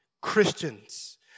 Christians